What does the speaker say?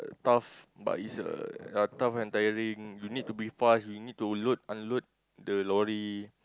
tough but is a tough ya tough and tiring you need to be fast we need to load unload the lorry